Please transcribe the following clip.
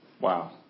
Wow